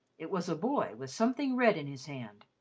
it was a boy, with something red in his hand.